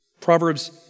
Proverbs